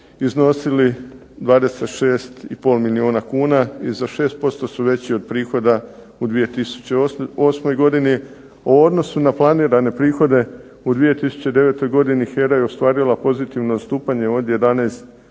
iznosili 26,5 milijuna kuna i za 6% su veći od prihoda u 2008. godini. U odnosu na planirane prihode u 2009. godini HERA je ostvarila pozitivno odstupanje od ne malih